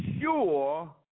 sure